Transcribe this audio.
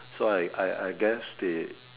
so I I I guess they